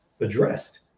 addressed